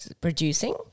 producing